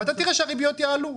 ואתה תראה שהריביות יעלו.